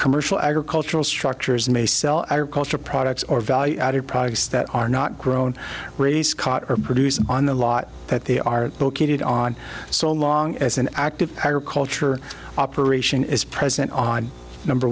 commercial agricultural structures may sell agricultural products or value added products that are not grown raise caught or produce on the lot that they are located on so long as an active agriculture operation is present on number